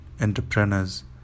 entrepreneurs